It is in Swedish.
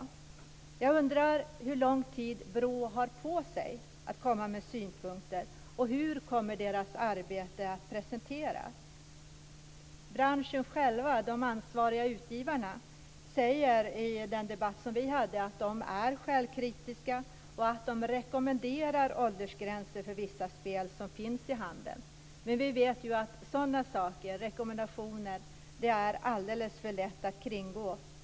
Jag undrar hur lång tid BRÅ har på sig att komma med synpunkter och hur BRÅ:s arbete kommer att presenteras. Branschen själv, de ansvariga utgivarna, sade i den debatt vi hade att man är självkritisk och att man rekommenderar åldersgränser för vissa spel som finns i handeln. Men vi vet ju att rekommendationer är alldeles för lätta att kringgå.